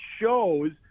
shows